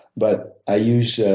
but i use yeah